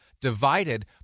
divided